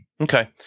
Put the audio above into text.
Okay